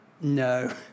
No